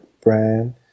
brand